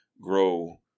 grow